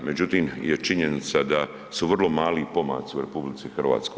Međutim, je činjenica da su vrlo mali pomaci u RH.